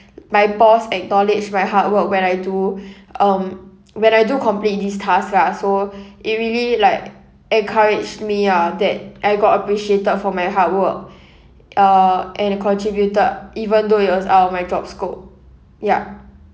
my boss acknowledged my hard work when I do um when I do complete these tasks lah so it really like encouraged me ah that I got appreciated for my hard work uh and I contributed even though it was out of my job scope yup